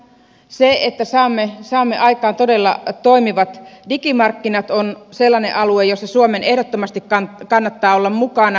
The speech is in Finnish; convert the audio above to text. se että saamme aikaan todella toimivat digimarkkinat on sellainen alue jolla suomen ehdottomasti kannattaa olla mukana